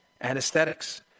anesthetics